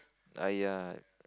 err ya